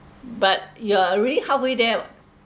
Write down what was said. but you're already halfway there [what]